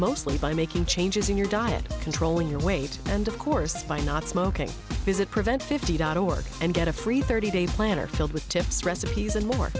mostly by making changes in your diet controlling your weight and of course by not smoking does it prevent fifty dot org and get a free thirty day planner filled with tips recipes and more